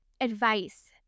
advice